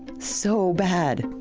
so bad.